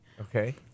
Okay